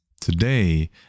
Today